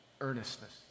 earnestness